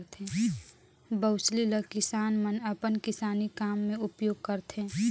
बउसली ल किसान मन अपन किसानी काम मे उपियोग करथे